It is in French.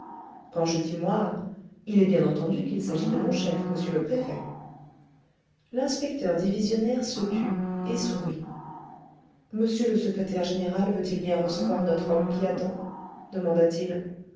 quand je dis moi il est bien entendu qu'il s'agit de mon chef m le préfet l'inspecteur divisionnaire se tut et sourit monsieur le secrétaire général veut-il bien recevoir notre homme qui attend demanda-t-il